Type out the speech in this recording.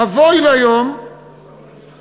אבוי ליום שבכנסת